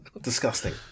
Disgusting